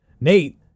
Nate